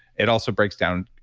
it also breaks down